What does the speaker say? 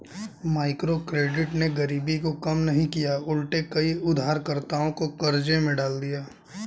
microcredit ने गरीबी को कम नहीं किया उलटे कई उधारकर्ताओं को कर्ज में डाल दिया है